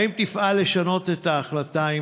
2. האם תפעל לשנות את ההחלטה?